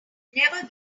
never